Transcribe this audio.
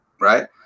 Right